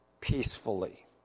peacefully